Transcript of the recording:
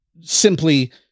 simply